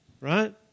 Right